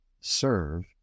serve